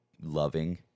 loving